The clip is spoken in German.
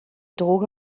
droge